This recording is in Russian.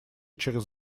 через